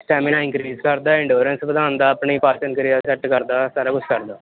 stamina increase ਕਰਦਾ endurance ਵਧਾਉਂਦਾ ਆਪਣੀ ਪਾਚਨ ਕਿਰਿਆ ਸੈੱਟ ਕਰਦਾ ਸਾਰਾ ਕੁਛ ਕਰਦਾ